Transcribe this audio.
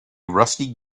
rusty